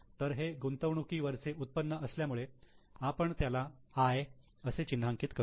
तर हे गुंतवणुकी वरचे उत्पन्न असल्यामुळे आपण त्याला 'I' असे चिन्हांकित करू